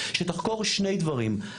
שתחקור שני דברים,